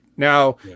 Now